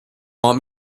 want